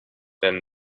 than